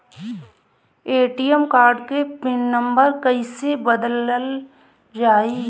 ATM card के pin number कईसे बदलल जाई?